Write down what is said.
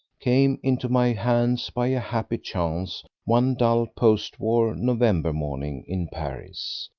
came into my hands by a happy chance one dull post-war november morning in paris,